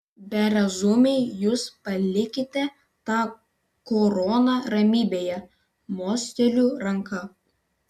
berazumiai jūs palikite tą koroną ramybėje mosteliu ranka